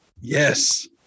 Yes